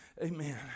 Amen